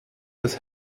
das